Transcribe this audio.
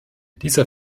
dieser